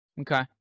Okay